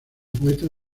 poeta